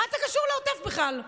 מה אתה קשור לעוטף בכלל?